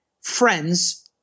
friends